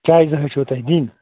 چایہِ زٕ حظ چھَو تۄہہِ دِنۍ